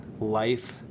life